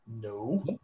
No